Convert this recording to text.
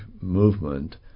movement